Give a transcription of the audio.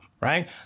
Right